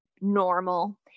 normal